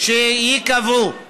שייקבעו